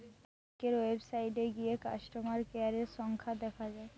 ব্যাংকের ওয়েবসাইটে গিয়ে কাস্টমার কেয়ারের সংখ্যা দেখা যায়